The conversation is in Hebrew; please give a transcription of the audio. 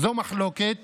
זו מחלוקת